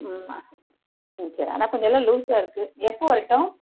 ம் மா ம் சரி அதுதான் கொஞ்சம் எல்லாம் லூசாக இருக்குது எப்போ வரட்டும்